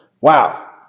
Wow